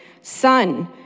Son